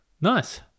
Nice